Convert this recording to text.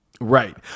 Right